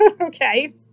okay